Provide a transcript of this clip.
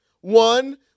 One